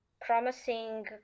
promising